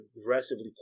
aggressively